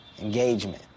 Engagement